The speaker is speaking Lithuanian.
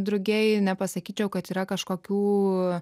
drugiai nepasakyčiau kad yra kažkokių